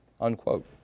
unquote